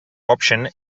option